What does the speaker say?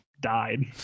died